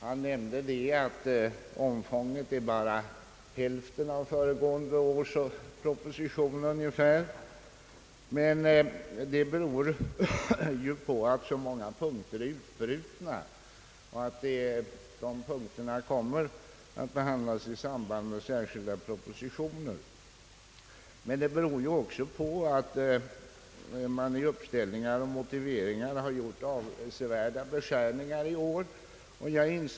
Han nämnde att omfånget är ungefär bara hälften av föregående års proposition. Detta beror till dels på att många punkter är utbrutna för att behandlas i samband med särskilda propositioner. Det beror också på att man i år har gjort avsevärda beskärningar i uppställningar och motiveringar.